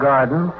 Garden